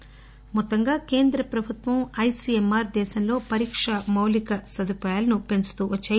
సమయం మొత్తంగా కేంద్రప్రభుత్వం ఐ సీ ఎం ఆర్ దేశంలో పరీక్ష మౌలిక సదుపాయాలను పెంచుతూ వచ్చాయి